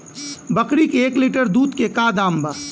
बकरी के एक लीटर दूध के का दाम बा?